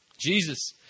Jesus